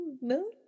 no